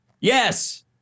Yes